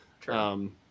true